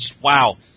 Wow